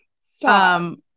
Stop